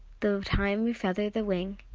though time refeather the wing,